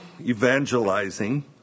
evangelizing